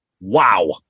Wow